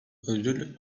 ödül